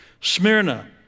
Smyrna